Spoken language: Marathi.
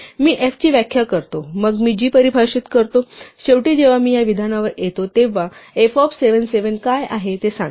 तर मी f ची व्याख्या करतो मग मी g परिभाषित करतो शेवटी जेव्हा मी या विधानावर आलो तेव्हा ते f ऑफ 77 काय आहे ते सांगते